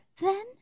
then